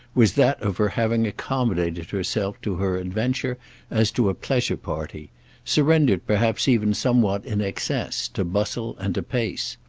was that of her having accommodated herself to her adventure as to a pleasure-party surrendered perhaps even somewhat in excess to bustle and to pace.